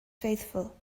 faithful